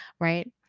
Right